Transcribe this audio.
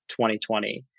2020